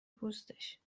پوستش